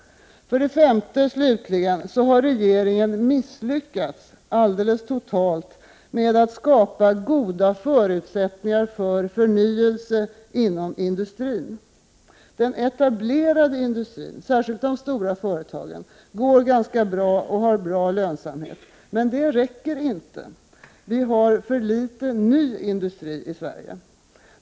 För det femte, slutligen, har regeringen misslyckats totalt med att skapa goda förutsättningar för förnyelse inom industrin. Den etablerade industrin, särskilt de stora företagen, går ganska bra och har hög lönsamhet. Men det räcker inte. Vi har för litet ny industri i Sverige.